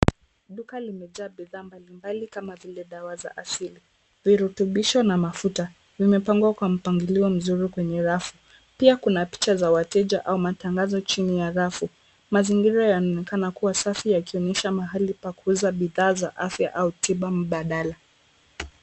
Duka limejaa bidhaa mbalimbali kama vile dawa za asili, virutubisho na mafuta, limepangwa kwa mpangilio mzuri kwenye rafu, pia kuna picha za wateja au tangazo chini ya rafu, mazingira yanaonekana kuwa safi yakionyesha mahali pakuuza bidhaa za afya au tiba mbadala.